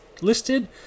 listed